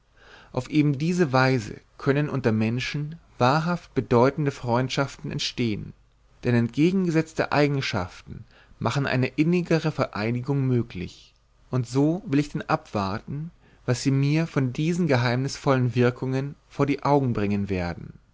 auf eben diese weise können unter menschen wahrhaft bedeutende freundschaften entstehen denn entgegengesetzte eigenschaften machen eine innigere vereinigung möglich und so will ich denn abwarten was sie mir von diesen geheimnisvollen wirkungen vor die augen bringen werden